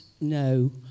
No